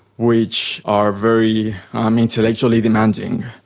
which are very um intellectually demanding.